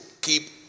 keep